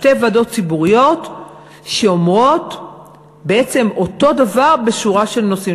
שתי ועדות ציבוריות שאומרות בעצם אותו דבר בשורה של נושאים.